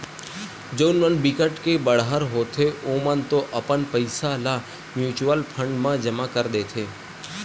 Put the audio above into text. जउन मन बिकट के बड़हर होथे ओमन तो अपन पइसा ल म्युचुअल फंड म लगा देथे